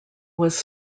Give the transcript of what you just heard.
was